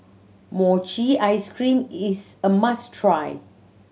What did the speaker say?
mochi ice cream is a must try